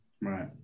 right